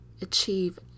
achieve